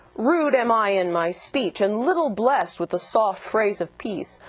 rude am i in my speech, and little blessed with the soft phrase of peace,